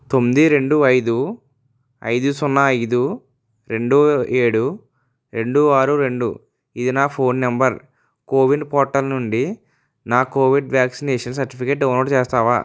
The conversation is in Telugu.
తొమ్మిది రెండు ఐదు ఐదు సున్నా ఐదు రెండు ఏడు రెండు ఆరు రెండు ఇది నా ఫోన్ నంబర్ కోవిన్ పోర్టల్ నుండి నా కోవిడ్ వ్యాక్సినేషన్ సర్టిఫికేట్ డౌన్లోడ్ చేస్తావా